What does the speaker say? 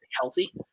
healthy